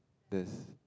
there is